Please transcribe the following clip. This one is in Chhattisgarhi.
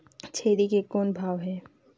छेरी के कौन भाव हे?